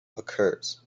occurs